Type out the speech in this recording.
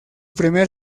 primer